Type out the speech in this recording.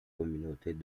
communautés